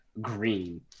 green